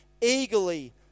eagerly